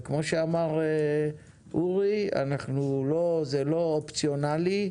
וכמו שאמר אורי, זה לא אופציונלי.